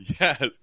yes